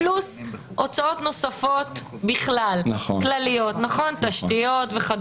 את נושא המסים שמתי בצד.